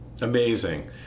Amazing